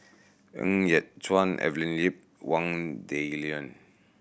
Ng Yat Chuan Evelyn Lip Wang Dayuan